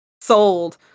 Sold